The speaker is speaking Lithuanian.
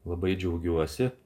labai džiaugiuosi